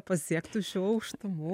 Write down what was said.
pasiektų šių aukštumų